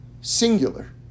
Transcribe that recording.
singular